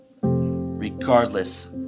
regardless